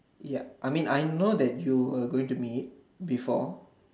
yup I mean I know that you are going to meet before